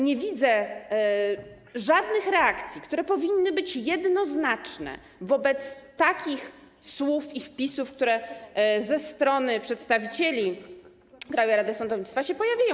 Nie widzę też żadnych reakcji, które powinny być jednoznaczne wobec takich słów i wpisów, które ze strony przedstawicieli Krajowej Rady Sądownictwa się pojawiają.